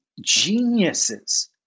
geniuses